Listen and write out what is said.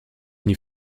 nie